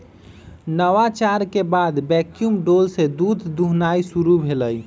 नवाचार के बाद वैक्यूम डोल से दूध दुहनाई शुरु भेलइ